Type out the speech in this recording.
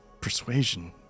persuasion